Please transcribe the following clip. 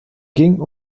ging